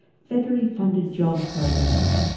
federally-funded jobs programs,